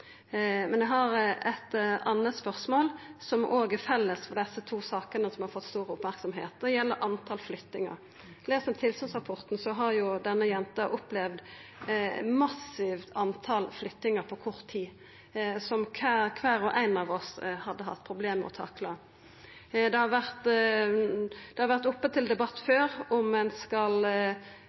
Men eg har eit anna spørsmål, som òg er felles for desse to sakene som har fått stor merksemd, og det gjeld talet på flyttingar. Les ein tilsynsrapporten, så har jo denne jenta opplevd eit massivt tal flyttingar på kort tid, noko kvar og ein av oss hadde hatt problem med å takla. Det har vore oppe til debatt før om ein skal